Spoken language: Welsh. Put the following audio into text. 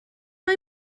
mae